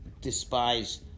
despise